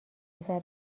پسر